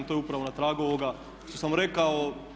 To je upravo na tragu ovoga što sam rekao.